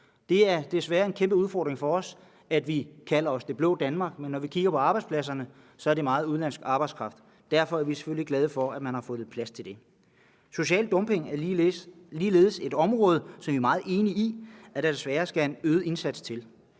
Det er desværre en kæmpe udfordring for os, at vi kalder os Det Blå Danmark, men når vi kigger på arbejdspladserne, ser vi, at meget af arbejdskraften er udenlandsk. Derfor er vi selvfølgelig glade for, at man har fundet plads til det. Social dumping er ligeledes et område, hvor der desværre skal en øget indsats til.